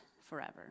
forever